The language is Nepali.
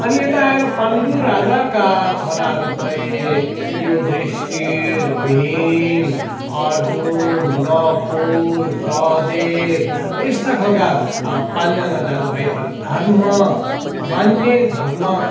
अनि यता आएर पाण्डु राजाका छोराहरू परे युदिष्ठिर भीम अर्जुन नहकुल सहदेवा यस्ता खालका पाँचजना दाजुभाइ तर धर्म मान्ने धर्म